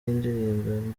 indirimbo